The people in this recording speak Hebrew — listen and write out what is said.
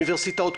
אוניברסיטאות,